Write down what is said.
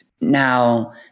Now